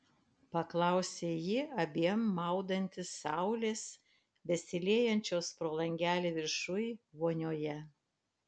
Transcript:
paklausė ji abiem maudantis saulės besiliejančios pro langelį viršuj vonioje